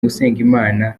usengimana